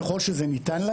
ככל שזה ניתן,